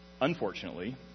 unfortunately